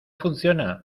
funciona